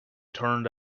turned